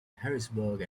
harrisburg